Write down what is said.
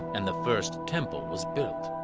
and the first temple was built,